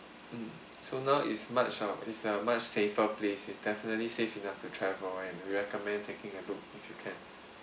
mm so now is much uh it's a much safer place is definitely safe enough to travel and we recommend taking a look if you can